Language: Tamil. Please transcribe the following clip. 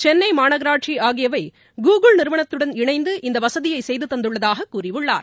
சென்னை மாநகராட்சி ஆகியவை கூகுள் நிறுவனத்துடன் இணைந்து இந்த வசதியை செய்து தந்துள்ளதாக கூறியுள்ளார்